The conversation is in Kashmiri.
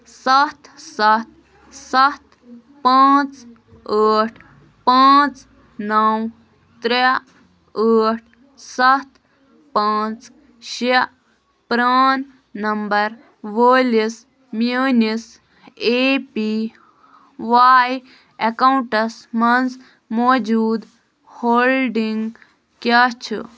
سَتھ سَتھ سَتھ پانٛژھ ٲٹھ پانٛژھ نو ترے ٲٹھ سَتھ پاںٛژھ شےٚ پران نمبر وٲلِس میٲنِس اے پی وای اٮ۪کاوُنٛٹس مَنٛز موجوٗد ہولڈِنٛگ کیٛاہ چھِ